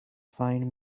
find